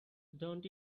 don’t